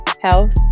health